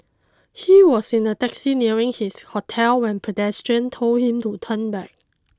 he was in a taxi nearing his hotel when pedestrians told him to turn back